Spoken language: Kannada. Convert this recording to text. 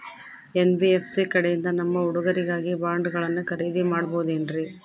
ಎನ್.ಬಿ.ಎಫ್.ಸಿ ಕಡೆಯಿಂದ ನಮ್ಮ ಹುಡುಗರಿಗಾಗಿ ಬಾಂಡುಗಳನ್ನ ಖರೇದಿ ಮಾಡಬಹುದೇನ್ರಿ?